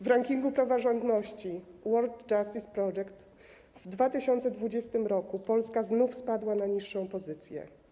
W rankingu praworządności World Justice Project w 2020 r. Polska znów spadła na niższą pozycję.